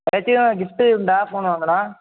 ஏதாச்சும் கிஃப்ட்டு உண்டா ஃபோன் வாங்குனால்